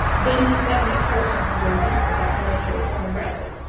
then that might tell us something very deep about the nature of quantum gravity.